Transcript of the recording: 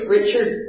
Richard